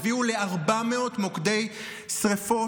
הביאו ל-400 מוקדי שרפות,